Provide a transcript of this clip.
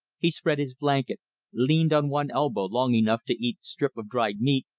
he spread his blanket leaned on one elbow long enough to eat strip of dried meat,